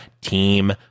team